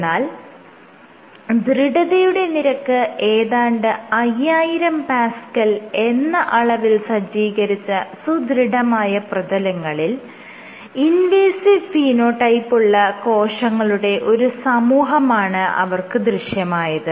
എന്നാൽ ദൃഢതയുടെ നിരക്ക് ഏതാണ്ട് 5000Pa എന്ന അളവിൽ സജ്ജീകരിച്ച സുദൃഢമായ പ്രതലങ്ങളിൽ ഇൻവേസിവ് ഫീനോടൈപ്പുള്ള കോശങ്ങളുടെ ഒരു സമൂഹമാണ് അവർക്ക് ദൃശ്യമായത്